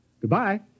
goodbye